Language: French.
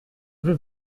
vais